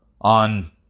on